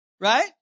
right